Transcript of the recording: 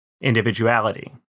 individuality